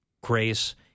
grace